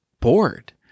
bored